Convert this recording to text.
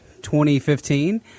2015